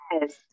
Yes